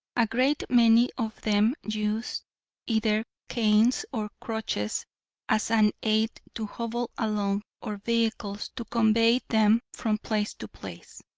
a great many of them used either canes or crutches as an aid to hobble along or vehicles to convey them from place to place.